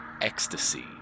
ecstasy